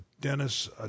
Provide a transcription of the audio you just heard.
Dennis